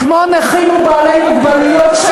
כמו נכים ואנשים עם מוגבלות,